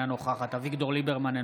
אינה נוכחת אביגדור ליברמן,